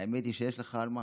האמת היא שיש לך על מה.